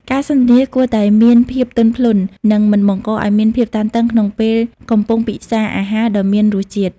ការសន្ទនាគួរតែមានភាពទន់ភ្លន់ និងមិនបង្កឱ្យមានភាពតានតឹងក្នុងពេលកំពុងពិសារអាហារដ៏មានរសជាតិ។